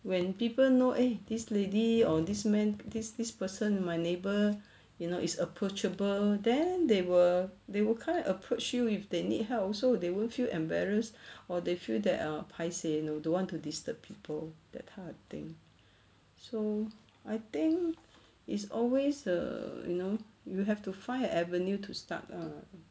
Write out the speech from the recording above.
when people know eh this lady or this man this this person my neighbour you know is approachable then they will they will kind of approach you if they need help also they won't feel embarrassed or they feel that ah paiseh you know don't want to disturb people that type of thing so I think it's always err you know you have to find an avenue to start err